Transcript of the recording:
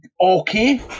okay